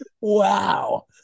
Wow